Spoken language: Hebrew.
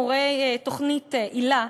מורי תוכנית היל"ה,